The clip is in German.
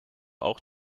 auch